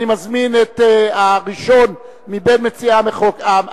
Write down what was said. אני קובע שחוק חופשה שנתית (תיקון מס' 11),